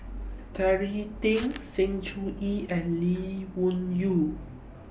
Terry Tan Sng Choon Yee and Lee Wung Yew